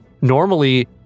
normally